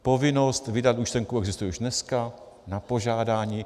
Povinnost vydat účtenku existuje už dneska... na požádání.